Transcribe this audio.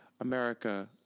America